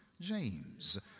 James